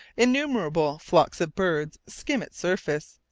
innumerable flocks of birds skim its surface,